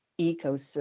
ecosystem